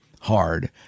hard